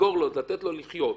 לתת לו לחיות.